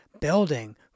building